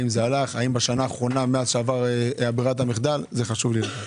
האם הלך האם בשנה האחרונה מאז שעברה ברירת המחדל - חשוב לדעת.